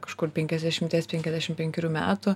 kažkur penkiasdešimties penkiasdešim penkerių metų